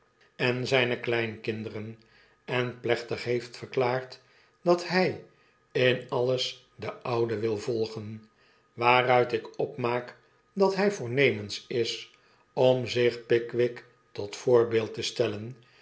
en zyne kleinkinderen en plechtig heeft verklaard dat hy in alles den ouden wil volgen waaruit ik opmaak dat hij voornemens is om zich pickwick tot voorbeel'd te stellen